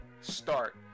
start